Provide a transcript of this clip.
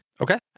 Okay